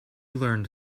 learned